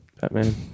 Batman